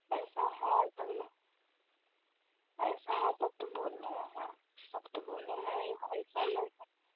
ایسا ہے تب ایسا ہے تب تو بول رہے ہیں تب تو بولے نہیں ایسا نہیں ہے